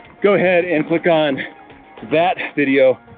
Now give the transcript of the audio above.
go ahead and click on that video,